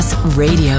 Radio